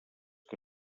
que